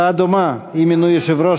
זה גם עניין של ביטחון, אדוני היושב-ראש.